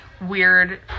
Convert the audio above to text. weird